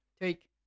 Take